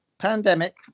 pandemic